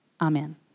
Amen